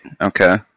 Okay